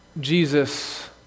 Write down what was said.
Jesus